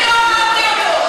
אני לא אמרתי אותו.